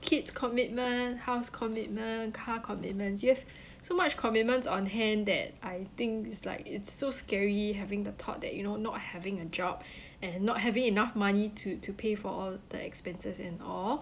kids commitment house commitment car commitments you have so much commitments on hand that I think is like it's so scary having the thought that you know not having a job and not having enough money to to pay for all the expenses and all